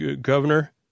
Governor